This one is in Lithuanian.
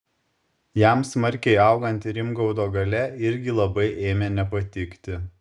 jam smarkiai auganti rimgaudo galia irgi labai ėmė nepatikti